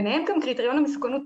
ביניהם גם קריטריון המסוכנות,